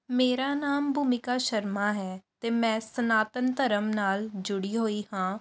ਮੇਰਾ ਨਾਮ ਭੂਮਿਕਾ ਸ਼ਰਮਾ ਹੈ ਅਤੇ ਮੈਂ ਸਨਾਤਨ ਧਰਮ ਨਾਲ ਜੁੜੀ ਹੋਈ ਹਾਂ